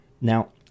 Now